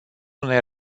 unei